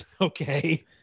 okay